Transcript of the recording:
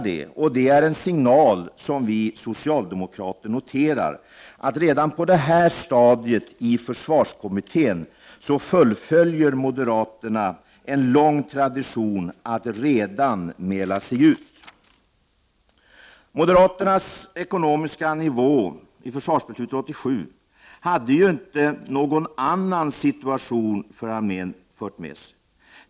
Det är en signal som vi socialdemokrater noterar — att moderaterna redan på det här stadiet i försvarskommittén fullföljer en lång tradition, att mäla sig ut. Moderaternas ekonomiska nivå när det gällde försvarsbeslutet 1987 hade juinte fört med sig någon annan situation för armén.